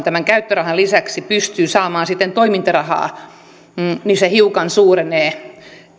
tämän peruskäyttörahan lisäksi pystyy saamaan sitten toimintarahaa niin se hiukan suurenee